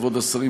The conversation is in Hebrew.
כבוד השרים,